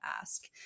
ask